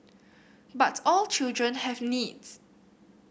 but all children have needs